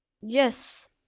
Yes